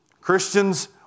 Christians